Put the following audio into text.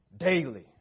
Daily